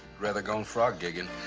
rather gone frog gigging.